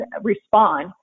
respond